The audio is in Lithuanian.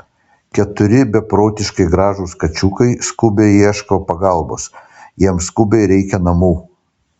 keturi beprotiškai gražūs kačiukai skubiai ieško pagalbos jiems skubiai reikia namų